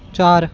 ਚਾਰ